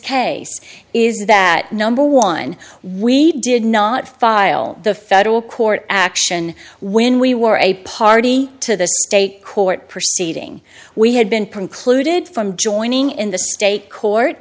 case is that number one we did not file the federal court action when we were a party to the state court proceeding we had been precluded from joining in the state court